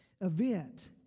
event